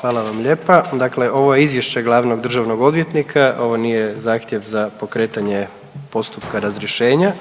Hvala vam lijepa. Dakle ovo je izvješće glavnog državnog odvjetnika, ovo nije zahtjev za pokretanje postupka razrješenja,